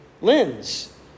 lens